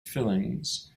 fillings